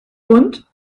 und